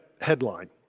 headline